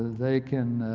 they can